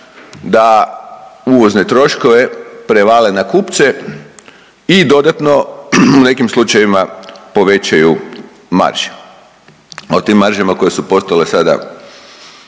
da uvozne troškove prevale na kupce i dodatno u nekim slučajevima povećaju marže. O tim maržama koje su postale sada